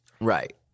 Right